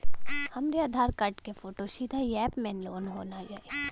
हमरे आधार कार्ड क फोटो सीधे यैप में लोनहो जाई?